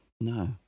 No